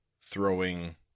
throwing